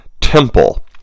temple